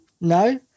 No